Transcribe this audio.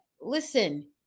listen